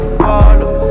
follow